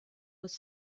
was